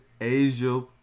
Asia